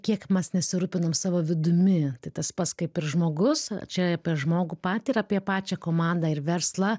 kiek mes nesirūpinam savo vidumi tai tas pats kaip ir žmogus čia apie žmogų patį ir apie pačią komandą ir verslą